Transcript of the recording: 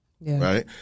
Right